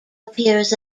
appears